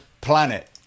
planet